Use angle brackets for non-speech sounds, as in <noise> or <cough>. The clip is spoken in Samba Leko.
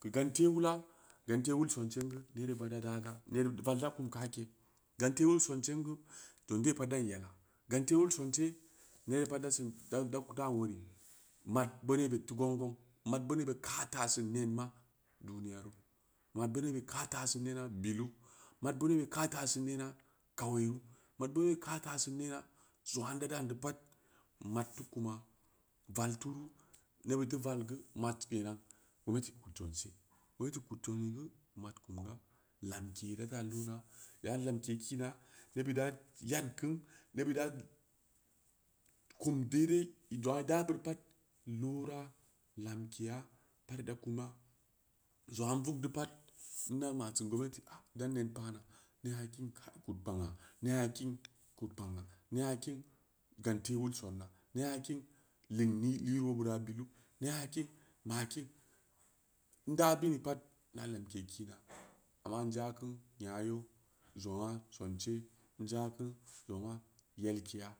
keu gante wuula gante wuul son sen gen nere pada daga nere val da kum kake gante wuu sonsen geu tuu de pat dan yela gante wuul sonse nere pad dasin da dan wori mad boonou be teu gong-gong man boonoube kaah taah sin nenma duniyaru mad boonoube kaah taah sin bdu mad boonoube kaah taah sin nena kaweru mad boonoube kaah taah sin nena jong aa inda dan beuri pat mada teu kuma val turu nebud teu val geu mad kenan gomnati conce gomnati kud jong'i geu mad kum ga lamke da ta leena da lamke kina nebud da yad kin nebud da kum <hesitation> dai-dai ijong aa beuri pat loora lamkeya parida kuma jong aa in vug di pat indan masiri gomnati dan nen paana ne'a kin kah kud kpang'aa ne'a kin kud kpang aa ne'a kin gante wul sonna ne'a kin ling li-lirobera bilu ne'a kin makin <hesitation> in da bini pat inda lamke kina ama inja kunu nya yeu jong aa conce in ja ku jong'aa yel keya